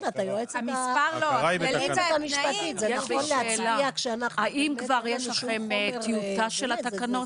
יש לי שאלה, האם כבר יש לכם טיוטה של התקנות?